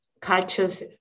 cultures